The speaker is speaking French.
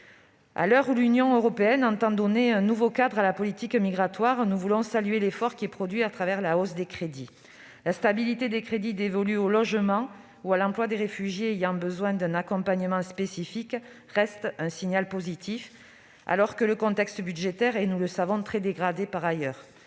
À l'heure où l'Union européenne entend donner un nouveau cadre à la politique migratoire, nous voulons saluer l'effort fourni au travers de la hausse des crédits. La stabilité de ceux qui sont dévolus au logement ou à l'emploi des réfugiés ayant besoin d'un accompagnement spécifique reste un signal positif, alors que le contexte budgétaire est, nous le savons, très dégradé par ailleurs.